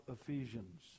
Ephesians